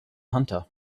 hunter